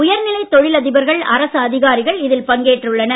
உயர்நிலை தொழில் அதிபர்கள் அரசு அதிகாரிகள் இதில் பங்கேற்றுள்ளனர்